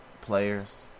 players